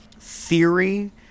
theory